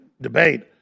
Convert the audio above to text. debate